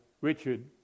Richard